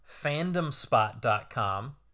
FandomSpot.com